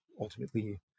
ultimately